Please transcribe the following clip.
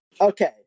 Okay